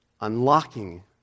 unlocking